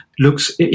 looks